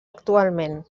actualment